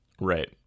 Right